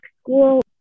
school